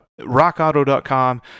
rockauto.com